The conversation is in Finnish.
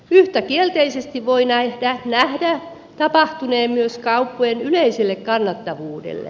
yhtä kielteisesti voi nähdä tapahtuneen myös kauppojen yleiselle kannattavuudelle